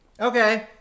Okay